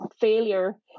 failure